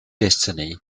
destiny